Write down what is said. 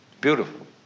beautiful